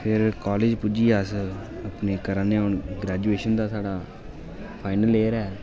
ते क़लेज पुज्जियै कराने आं ग्रेजूएशन दा साढ़ा फाइनल ईयर ऐ